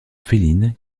féline